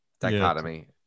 dichotomy